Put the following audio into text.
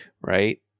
right